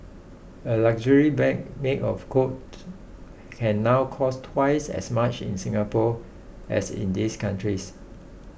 a luxury bag made of Coach can now cost twice as much in Singapore as in these countries